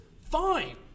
fine